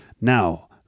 Now